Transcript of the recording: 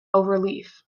overleaf